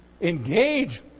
engage